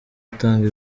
aratanga